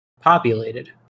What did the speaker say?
populated